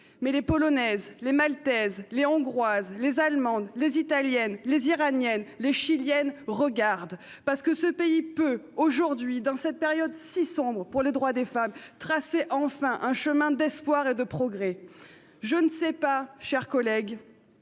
aussi les Polonaises, les Maltaises, les Hongroises, les Allemandes, les Italiennes, les Iraniennes, les Chiliennes. Un pays qui peut, dans cette période si sombre pour les droits des femmes, tracer enfin un chemin d'espoir et de progrès. Je ne sais pas, mes chers collègues,